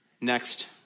Next